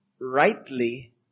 rightly